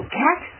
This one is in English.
cat